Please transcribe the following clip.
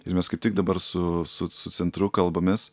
ir mes kaip tik dabar su su su centru kalbamės